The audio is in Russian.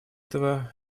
того